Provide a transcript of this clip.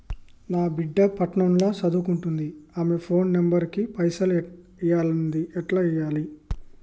నా బిడ్డే పట్నం ల సదువుకుంటుంది ఆమె ఫోన్ నంబర్ కి పైసల్ ఎయ్యమన్నది ఎట్ల ఎయ్యాలి?